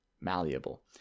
malleable